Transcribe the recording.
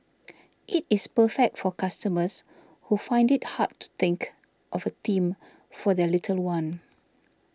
it is perfect for customers who find it hard to think of a theme for their little one